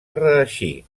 reeixir